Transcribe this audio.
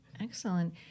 Excellent